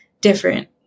different